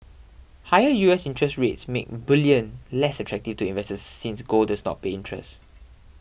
higher U S interest rates make bullion less attractive to investors since gold does not pay interest